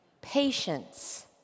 Patience